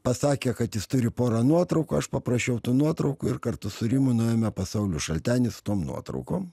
pasakė kad jis turi porą nuotraukų aš paprašiau tų nuotraukų ir kartu su rimu nuėjome pas saulių šaltenį su tom nuotraukom